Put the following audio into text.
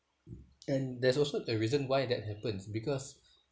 and there's also the reason why that happens because